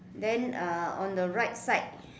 then uh on the right side